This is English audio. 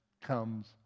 Comes